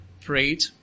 prayed